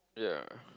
yeah